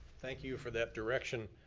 thank you for that direction.